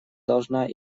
должна